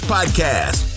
Podcast